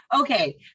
okay